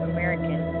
American